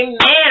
amen